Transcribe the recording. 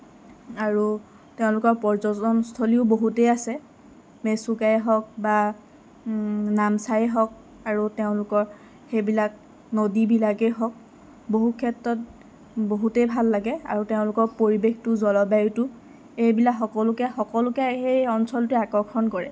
আৰু তেওঁলোকৰ পৰ্যটনস্থলীও বহুতেই আছে মেচুকাই হওক বা নামচাই হওক আৰু তেওঁলোক সেইবিলাক নদীবিলাকেই হওক বহুত ক্ষেত্ৰত বহুতেই ভাল লাগে আৰু তেওঁলোকৰ পৰিৱেশটো জলবায়ুটো এইবিলাক সকলোকে সকলোকে সেই অঞ্চলটোৱে আকৰ্ষণ কৰে